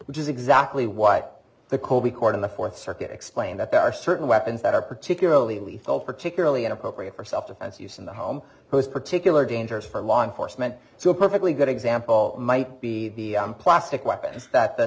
which is exactly what the code required in the fourth circuit explained that there are certain weapons that are particularly lethal particularly inappropriate for self defense use in the home those particular dangerous for law enforcement so a perfectly good example might be the plastic weapons that the